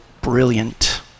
brilliant